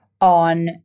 on